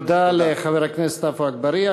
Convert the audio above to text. תודה לחבר הכנסת עפו אגבאריה.